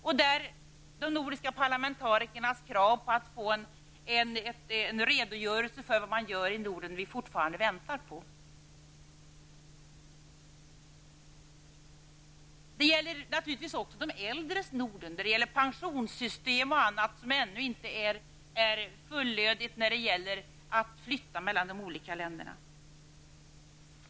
Där har de nordiska parlamentarikerna krävt att få en redogörelse för vad man gör i Norden, och den väntar vi fortfarande på. Det gäller naturligtvis också de äldres Norden. Där gäller det bl.a. pensionssystem och annat som ännu inte fungerar fullödigt när det gäller att flytta mellan de olika länderna.